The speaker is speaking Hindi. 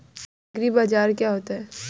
एग्रीबाजार क्या होता है?